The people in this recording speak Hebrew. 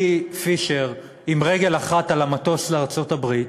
פישר כבר עם רגל אחת על המטוס לארצות-הברית,